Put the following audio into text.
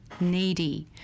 needy